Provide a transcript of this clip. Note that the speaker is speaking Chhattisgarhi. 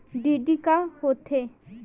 डी.डी का होथे?